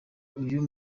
uyu